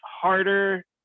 harder